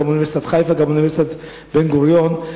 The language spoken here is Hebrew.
אוניברסיטת חיפה ואוניברסיטת בן-גוריון,